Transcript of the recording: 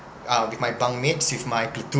uh with my bunk mates with my platoon